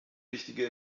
wichtige